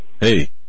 Hey